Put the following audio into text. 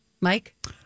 Mike